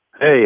Hey